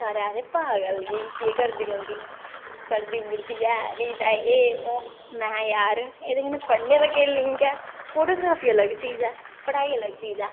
सारे आखदे पागल जेही केह् करदी रौंह्दी पढ़दी पुढ़दी ऐ निं ते एह् ओह् महां यार एह्दे कन्नै पढ़ने दा केह् लिंक ऐ फोटोग्राफी अलग चीज ऐ पढ़ाई अलग चीज ऐ